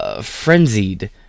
Frenzied